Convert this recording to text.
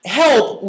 help